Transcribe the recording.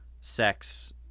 sex